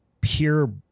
pure